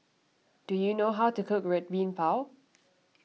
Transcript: do you know how to cook Red Bean Bao